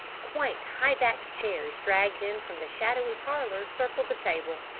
quaint high-backed chairs dragged in from the shadowy parlor circled the table.